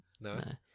No